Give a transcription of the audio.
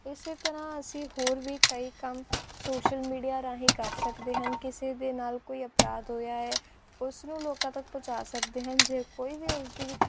ਇਸ ਤਰ੍ਹਾਂ ਅਸੀਂ ਹੋਰ ਵੀ ਕਈ ਕੰਮ ਸੋਸ਼ਲ ਮੀਡੀਆ ਰਾਹੀਂ ਕਰ ਸਕਦੇ ਹਨ ਕਿਸੇ ਦੇ ਨਾਲ ਕੋਈ ਅਪਰਾਧ ਹੋਇਆ ਹੈ ਉਸ ਨੂੰ ਲੋਕਾਂ ਤੱਕ ਪਹੁੰਚਾ ਸਕਦੇ ਹਨ ਜੇ ਕੋਈ ਵੀ ਉਸਦੀ